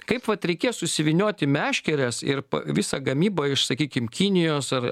kaip vat reikės susivynioti meškeres ir visą gamybą iš sakykim kinijos ar